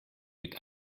mit